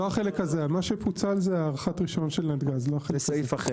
מה שפוצל זה הארכת רישיון של נתג"ז, לא החלק הזה.